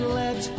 let